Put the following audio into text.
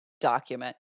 document